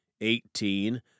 Eighteen